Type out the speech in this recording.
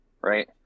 right